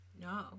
no